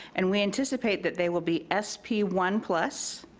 and we anticipate that they will be s p one plus,